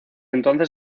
entonces